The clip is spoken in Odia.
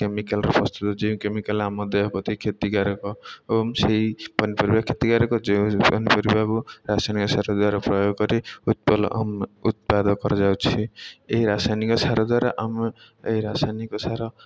କେମିକାଲ୍ର ପ୍ରସ୍ତୁତ ଯେଉଁ କେମିକାଲ୍ ଆମ ଦେହ ପ୍ରତି କ୍ଷତିକାରକ ଏବଂ ସେଇ ପନିପରିବା କ୍ଷତିକାରକ ଯେଉଁ ପନିପରିବାକୁ ରାସାୟନିକ ସାର ଦ୍ୱାରା ପ୍ରୟୋଗ କରି ଉତ୍ପାଦନ କରାଯାଉଛି ଏହି ରାସାୟନିକ ସାର ଦ୍ୱାରା ଆମେ ଏହି ରାସାୟନିକ ସାର